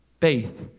faith